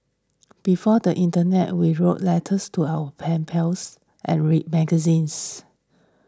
before the internet we wrote letters to our pen pals and read magazines